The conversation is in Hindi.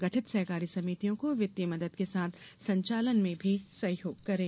गठित सहकारी समितियों को वित्तीय मदद के साथ संचालन में भी सहयोग करें